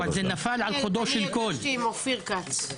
כן, אני הגשתי עם אופיר כץ.